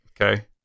Okay